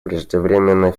преждевременной